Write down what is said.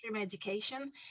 education